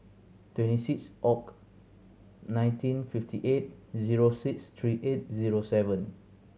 twenty six Oct nineteen fifty eight zero six three eight zero seven